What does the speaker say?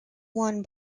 won